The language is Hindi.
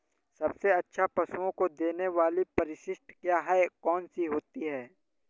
सबसे अच्छा पशुओं को देने वाली परिशिष्ट क्या है? कौन सी होती है?